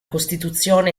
costituzione